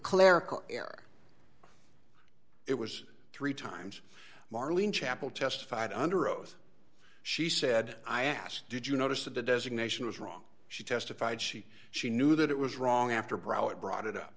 clerical error it was three times marlene chappell testified under oath she said i asked did you notice that the designation was wrong she testified she she knew that it was wrong after browett brought it up